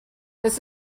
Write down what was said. this